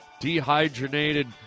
dehydrated